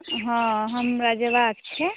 हाँ हमरा जयबाक छै